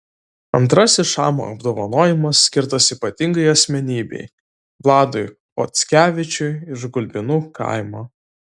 antrasis šama apdovanojimas skirtas ypatingai asmenybei vladui chockevičiui iš gulbinų kaimo